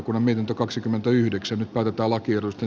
nyt päätetään lakiehdotusten sisällöstä